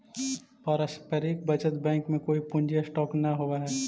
पारस्परिक बचत बैंक में कोई पूंजी स्टॉक न होवऽ हई